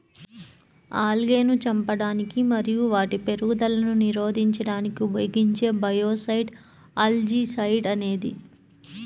ఆల్గేను చంపడానికి మరియు వాటి పెరుగుదలను నిరోధించడానికి ఉపయోగించే బయోసైడ్ ఆల్జీసైడ్ అనేది